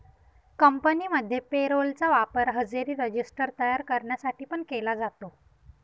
कंपनीमध्ये payroll चा वापर हजेरी रजिस्टर तयार करण्यासाठी पण केला जातो